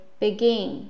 begin